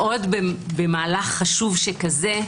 עוד במהלך חשוב שכזה,